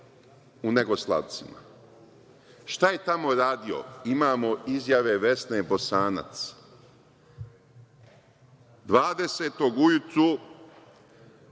u Negoslovcima. Šta je tamo radio? Imamo izjave Vesne Bosanac. Vukovar